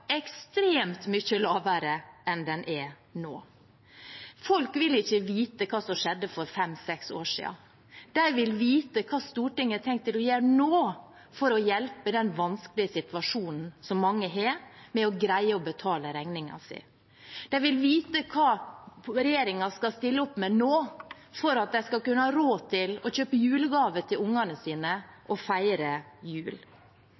ekstremt mye lavere enn den er nå. Folk vil ikke vite hva som skjedde for fem–seks år siden. De vil vite hva Stortinget har tenkt å gjøre nå for å hjelpe i den vanskelige situasjonen mange har med å greie å betale regningene sine. De vil vite hva regjeringen skal stille opp med nå for at de skal kunne ha råd til å kjøpe julegaver til ungene sine